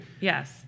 Yes